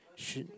she